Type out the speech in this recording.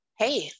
Hey